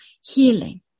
healing